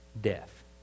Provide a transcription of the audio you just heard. death